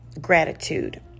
gratitude